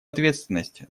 ответственность